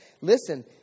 listen